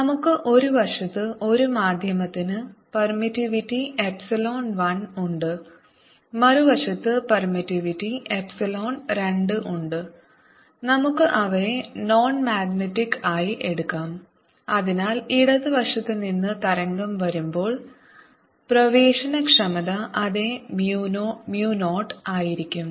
നമുക്ക് ഒരു വശത്ത് ഒരു മാധ്യമത്തിന് പെർമിറ്റിവിറ്റി എപ്സിലോൺ 1 ഉണ്ട് മറുവശത്ത് പെർമിറ്റിവിറ്റി എപ്സിലോൺ 2 ഉണ്ട് നമുക്ക് അവയെ നോൺ മാഗ്നറ്റിക് ആയി എടുക്കാം അതിനാൽ ഇടത് വശത്ത് നിന്ന് തരംഗം വരുമ്പോൾ പ്രവേശനക്ഷമത അതേ mu 0 ആയിരിക്കും